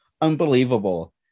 unbelievable